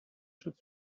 should